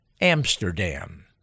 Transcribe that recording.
Amsterdam